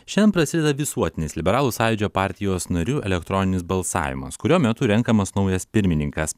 šiandien prasideda visuotinis liberalų sąjūdžio partijos narių elektroninis balsavimas kurio metu renkamas naujas pirmininkas